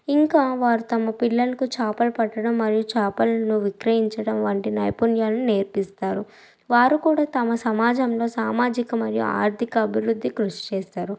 ఇంకా వారు తమ పిల్లలకు చేపలు పట్టడం మరియు చేపలను విక్రయించడం వంటి నైపుణ్యాలను నేర్పిస్తారు వారు కూడా తమ సమాజంలో సామాజిక మరియు ఆర్థిక అభివృద్ధి కృషి చేస్తారు